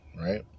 right